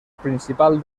principal